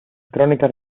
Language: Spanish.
crónicas